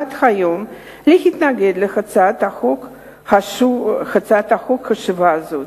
היום להתנגד להצעת החוק החשובה הזאת.